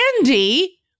Andy